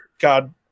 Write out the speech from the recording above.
God